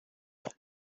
top